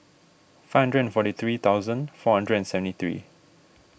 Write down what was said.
five hundred and forty three thousand four hundred and seventy three